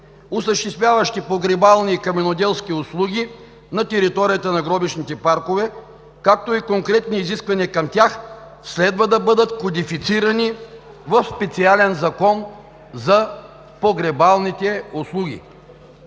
осъществяващи погребални и каменоделски услуги на територията на гробищните паркове, както и конкретни изисквания към тях, следва да бъдат кодифицирани в специален Закон за погребалните услуги.